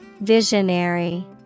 Visionary